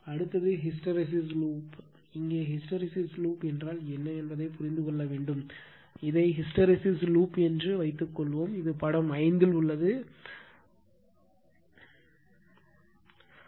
அடுத்தது hysteresis loop இங்கே hysteresis loop என்றால் என்ன என்பதைப் புரிந்து கொள்ள வேண்டும் எனவே இதை ஹிஸ்டெரெஸிஸ் லூப் என்று வைத்துக்கொள்வோம் இது படம் 5 இல் உள்ளது அது வரையப்பட்டுள்ளது